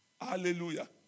Hallelujah